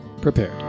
prepared